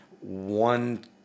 one